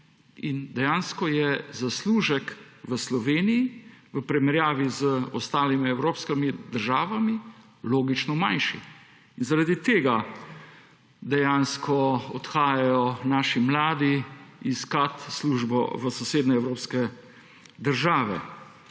dejansko je zaslužek v Sloveniji v primerjavi z ostalimi evropskimi državami logično manjši. Zaradi tega dejansko odhajajo naši mladi iskat službo v sosednje evropske države.